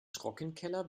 trockenkeller